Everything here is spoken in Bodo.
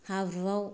हाब्रुवाव